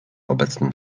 obecnym